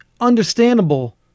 understandable